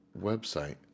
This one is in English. website